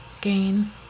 gain